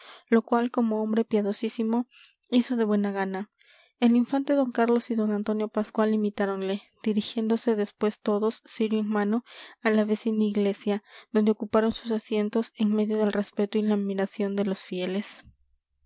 lo cual como hombre piadosísimo hizo de buena gana el infante d carlos y d antonio pascual imitáronle dirigiéndose después todos cirio en mano a la vecina iglesia donde ocuparon sus asientos en medio del respeto y la admiración de los fieles